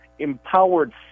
empowered